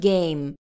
Game